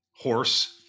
horse